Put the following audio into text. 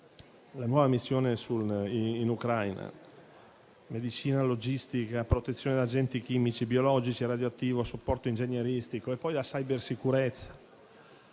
la nuova missione in Ucraina in materia di medicina logistica, protezione da agenti chimici, biologici e radioattivi, supporto ingegneristico, cybersicurezza.